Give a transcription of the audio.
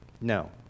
No